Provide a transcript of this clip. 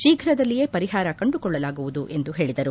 ಶೀಘ್ರದಲ್ಲಿಯೇ ಪರಿಹಾರ ಕಂಡುಕೊಳ್ಳಲಾಗುವುದು ಎಂದು ಹೇಳಿದರು